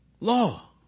Law